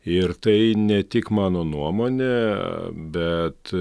ir tai ne tik mano nuomonė bet